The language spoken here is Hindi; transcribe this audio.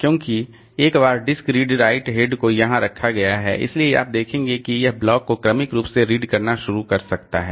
क्योंकि एक बार डिस्क रीड राइट हेड को यहां रखा गया है इसलिए आप देखते हैं कि यह ब्लॉक को क्रमिक रूप से रीड करना शुरू कर सकता है